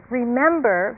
remember